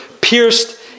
pierced